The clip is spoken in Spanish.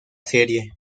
serie